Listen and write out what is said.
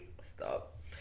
stop